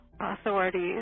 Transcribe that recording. authorities